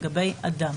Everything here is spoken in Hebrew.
לגבי אדם."